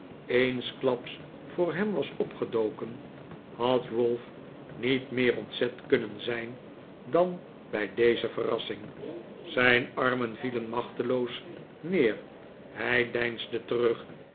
eensklaps voor hem was opgedoken had ralph niet meer ontzet kunnen zijn dan bij deze verrassing zijn armen vielen machteloos neer hij deinsde terug